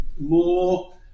more